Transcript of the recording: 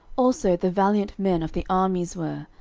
also the valiant men of the armies were,